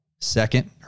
second